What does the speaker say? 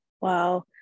Wow